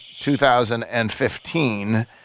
2015